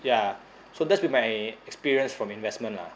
ya so that's be my experience from investment ah